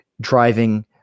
driving